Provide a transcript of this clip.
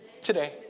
Today